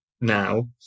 now